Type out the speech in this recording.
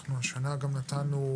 אנחנו השנה גם נתנו,